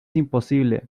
imposible